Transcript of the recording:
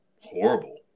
horrible